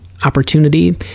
opportunity